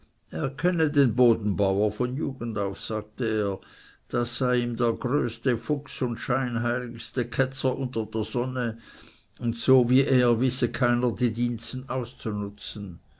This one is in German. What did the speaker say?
er kenne den bodenbauer von jugend auf sagte er das sei ihm der größte fuchs und scheinheiligste ketzer unter der sonne und so wie er wisse keiner die diensten auszunutzen